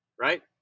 right